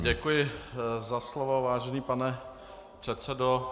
Děkuji za slovo, vážený pane předsedo.